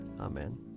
Amen